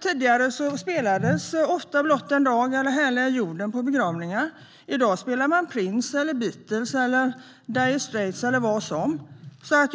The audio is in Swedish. Tidigare spelades ofta Blott en dag eller Härlig är jorden på begravningar. I dag spelar man Prince, Beatles, Dire Straits eller vad som helst.